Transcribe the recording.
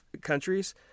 countries